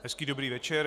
Hezký dobrý večer.